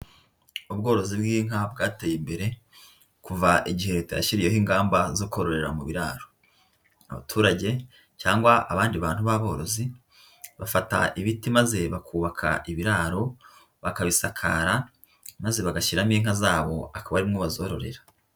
Ubworozi bw'inka bwateye imbere kuva igihe Leta yashyiriyeho ingamba zo kororera mu biraro, abaturage cyangwa abandi bantu b'aborozi bafata ibiti maze bakubaka ibiraro bakabisakara maze bagashyiramo inka zabo akaba arimwo bazororera.